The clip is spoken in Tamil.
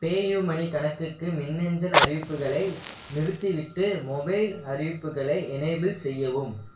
பேயூமனி கணக்குக்கு மின்னஞ்சல் அறிவிப்புகளை நிறுத்திவிட்டு மொபைல் அறிவிப்புகளை எனேபிள் செய்யவும்